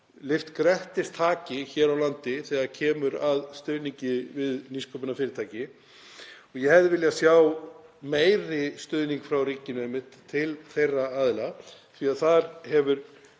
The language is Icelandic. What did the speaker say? lyft grettistaki hér á landi í stuðningi við nýsköpunarfyrirtæki. Ég hefði viljað sjá meiri stuðning frá ríkinu einmitt til þeirra aðila því þar hefur